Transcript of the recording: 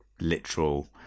literal